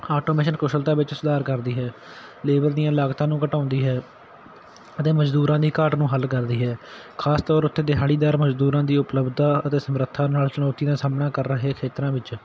automation ਕੁਸ਼ਲਤਾ ਵਿੱਚ ਸੁਧਾਰ ਕਰਦੀ ਹੈ ਲੇਬਰ ਦੀਆਂ ਲਾਗਤਾਂ ਨੂੰ ਘਟਾਉਂਦੀ ਹੈ ਅਤੇ ਮਜ਼ਦੂਰਾਂ ਦੀ ਘਾਟ ਨੂੰ ਹੱਲ ਕਰਦੀ ਹੈ ਖ਼ਾਸ ਤੌਰ ਉੱਤੇ ਦਿਹਾੜੀਦਾਰ ਮਜ਼ਦੂਰਾਂ ਦੀ ਉਪਲਬਧਤਾ ਅਤੇ ਸਮਰੱਥਾ ਨਾਲ ਚੁਣੌਤੀ ਦਾ ਸਾਹਮਣਾ ਕਰ ਰਹੇ ਖੇਤਰਾਂ ਵਿੱਚ